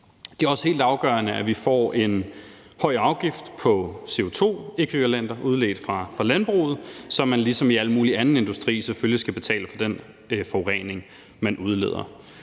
Det er også helt afgørende, at vi får en høj afgift på CO2-ækvivalenter udledt fra landbruget, så man ligesom i al mulig anden industri selvfølgelig skal betale for den forurening, man forårsager.